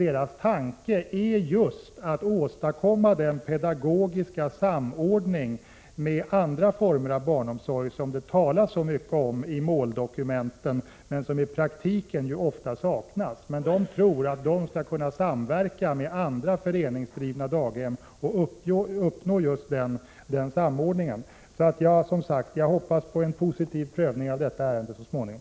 Deras tanke är just att åstadkomma den pedagogiska samordning med andra former av barnomsorg som det talas så mycket om i måldokument och andra sammanhang men som i praktiken oftast saknas. De tror att de skall kunna samverka med föreningsdrivna daghem och uppnå just den önskade samordningen. Jag hoppas alltså på en positiv prövning av detta ärende så småningom.